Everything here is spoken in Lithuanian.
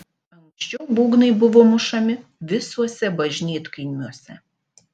anksčiau būgnai buvo mušami visuose bažnytkaimiuose